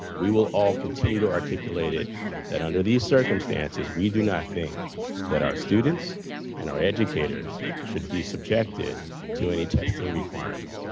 we will all continue to articulate it that under these circumstances, we do not think that our students and our educators should be subjected to any testing requirement.